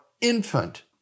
infant